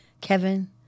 Kevin